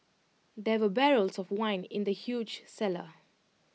there were barrels of wine in the huge cellar